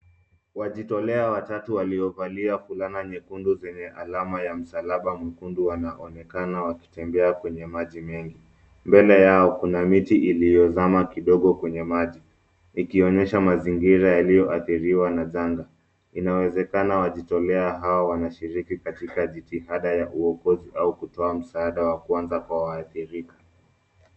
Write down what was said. Wajitolea watatu waliovalia fulana nyekundu zenye alama ya msalaba mwekundu wanaonekana wakitembea kwenye maji mengi. Mbele yao kuna miti iliyozama kidogo kwenye maji, ikionyesha mazingira yaliyoathiriwa na zaga. Inawezekana wajitolea hao wanashiriki katika jitihada ya uokozi au kutoa msaada wa kwanza kwa waathirika.